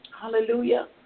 Hallelujah